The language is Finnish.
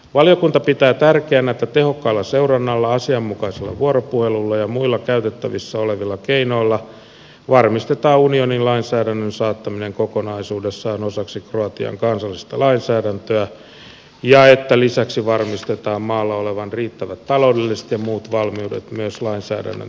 valiokunta pitää tärkeänä että tehokkaalla seurannalla asianmukaisella vuoropuhelulla ja muilla käytettävissä olevilla keinoilla varmistetaan unionin lainsäädännön saattaminen kokonaisuudessaan osaksi kroatian kansallista lainsäädäntöä ja että lisäksi varmistetaan maalla olevan riittävät taloudelliset ja muut valmiudet myös lainsäädännön täytäntöönpanemiseksi